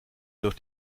doch